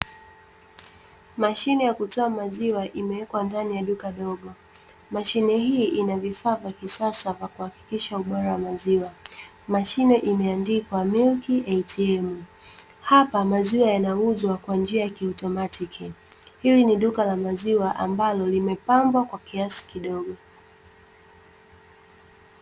Mashine ya kutoa maziwa imewekwa ndani ya duka dogo mashine hii ina vifaa vya kisasa vya kuhakikisha ubora wa maziwa. Mashine imeandikwa Milk ATM hapa maziwa yanauzwa kwa njia ya kitomatiki hili ni duka la maziwa ambalo limepambwa kwa kiasi kidogo.